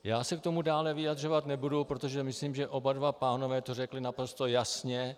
Já se k tomu dále vyjadřovat nebudu, protože myslím, že oba dva pánové to řekli naprosto jasně.